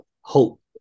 hope